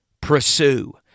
pursue